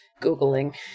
Googling